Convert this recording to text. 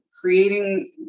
creating